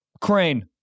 Crane